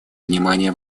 внимание